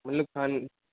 मतलब खाना